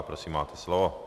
Prosím, máte slovo.